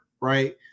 Right